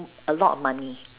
a lot of money